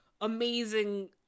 amazing